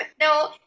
no